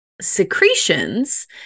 secretions